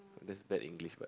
that's bad English but